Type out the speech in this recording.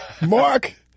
Mark